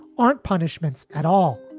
aren't punishments at all